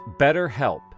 BetterHelp